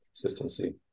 consistency